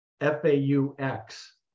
F-A-U-X